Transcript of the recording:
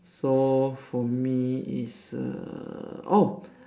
so for me is err oh